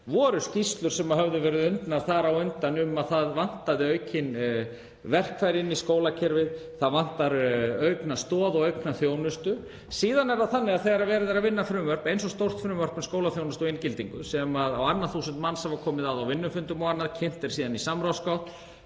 voru skýrslur sem höfðu verið unnar þar á undan um að það vantaði aukin verkfæri inn í skólakerfið, að það vantaði aukna stoð og aukna þjónustu. Síðan er það þannig að þegar verið er að vinna stórt frumvarp, eins og frumvarp um skólaþjónustu og inngildingu er, sem á annað þúsund manns hafa komið að á vinnufundum og annað, sem eru síðan kynnt í samráðsgátt,